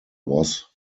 was